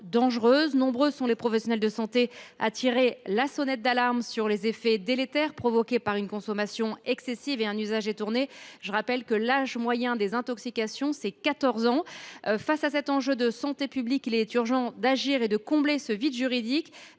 Nombreux sont les professionnels de santé à tirer le signal d’alarme sur les effets délétères provoqués par sa consommation excessive et son usage détourné. Je le rappelle, l’âge moyen des intoxications est de 14 ans. Face à cet enjeu de santé publique, il est urgent d’agir et de combler ce vide juridique.